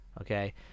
Okay